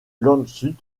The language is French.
landshut